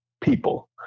people